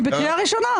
אני בקריאה ראשונה.